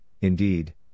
indeed